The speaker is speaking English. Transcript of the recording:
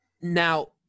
Now